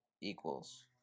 equals